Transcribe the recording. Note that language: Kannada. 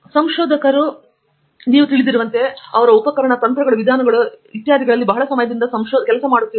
ಸಂಶೋಧಕರು ನೀವು ತಿಳಿದಿರುವಂತೆ ನೀವು ಉಪಕರಣ ತಂತ್ರಗಳು ವಿಧಾನಗಳು ಇತ್ಯಾದಿಗಳಲ್ಲೂ ನೀವು ಬಹಳ ಸಮಯದಿಂದ ಸಂಶೋಧನೆ ನಡೆಸುತ್ತಿರುವಂತೆ